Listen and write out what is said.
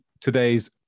today's